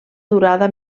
durada